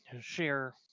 share